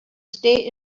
stay